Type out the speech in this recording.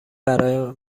برای